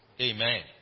Amen